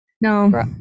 no